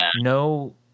no